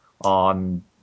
on